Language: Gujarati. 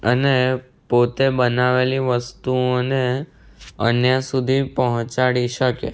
અને પોતે બનાવેલી વસ્તુઓને અન્ય સુધી પહોંચાડી શકે